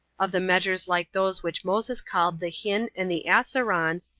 of the measures like those which moses called the hin and the assaron,